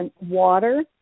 water